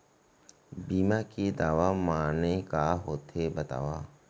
बीमा के दावा माने का होथे बतावव?